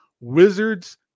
Wizards